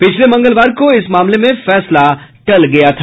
पिछले मंगलवार को इस मामले में फैसला टल गया था